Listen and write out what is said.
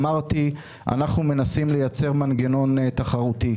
אמרתי, אנחנו מנסים לייצר מנגנון תחרותי.